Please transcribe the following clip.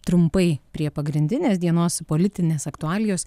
trumpai prie pagrindinės dienos politinės aktualijos